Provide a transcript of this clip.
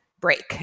break